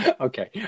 Okay